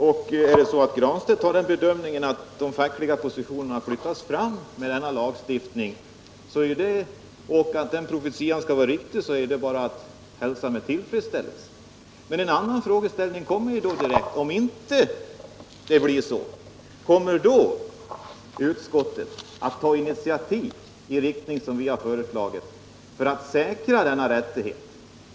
Pär Granstedt gör tydligen den bedömningen att de fackliga organisationernas positioner flyttas fram med den här lagstiftningen, och om den profetian skulle vara riktig är det bara att hälsa med tillfredsställelse. —- En annan frågeställning uppstår här: Om det inte blir så, kommer då utskottet att ta initiativ i den riktning som vi har föreslagit för att säkra de fackliga organisationernas rättighet?